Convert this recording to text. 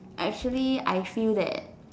actually I feel that